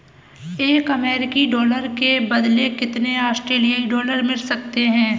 एक अमेरिकी डॉलर के बदले कितने ऑस्ट्रेलियाई डॉलर मिल सकते हैं?